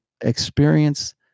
experience